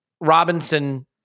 Robinson